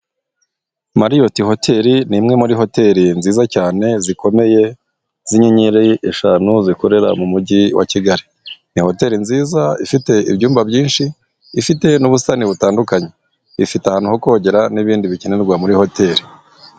Mariyoti hoteli ni imwe muri hoteli nziza cyane zikomeye zinyenyeri eshanu zikorera mu mujyi wa Kigali, ni hoteli nziza ifite ibyumba byinshi, ifite n'ubusitani butandukanye, ifite ahantu ho kogera n'ibindi bikenerwa muri hoteli.